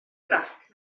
grac